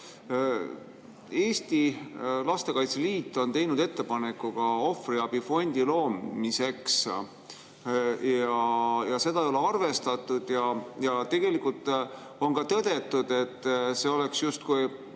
Eesti Lastekaitse Liit on teinud ettepaneku ohvriabifondi loomiseks. Seda ei ole arvestatud. Tegelikult on tõdetud, et see oleks justkui